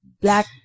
black